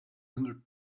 hundred